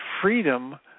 freedom